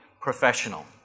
professional